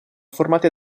formate